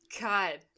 God